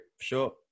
sure